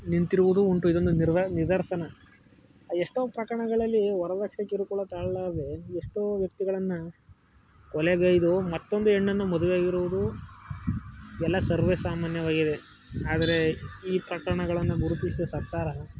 ನಿಂತಿರುವುದೂ ಉಂಟು ಇದೊಂದು ನಿರ್ವ ನಿದರ್ಶನ ಎಷ್ಟೋ ಪ್ರಕರಣಗಳಲ್ಲಿ ವರದಕ್ಷಿಣೆ ಕಿರುಕುಳ ತಾಳಲಾರದೆ ಎಷ್ಟೋ ವ್ಯಕ್ತಿಗಳನ್ನು ಕೊಲೆಗೈದು ಮತ್ತೊಂದು ಹೆಣ್ಣನ್ನು ಮದುವೆ ಆಗಿರುವುದು ಎಲ್ಲ ಸರ್ವೇ ಸಾಮಾನ್ಯವಾಗಿದೆ ಆದರೆ ಈ ಪ್ರಕರಣಗಳನ್ನು ಗುರುತಿಸುವ ಸರ್ಕಾರ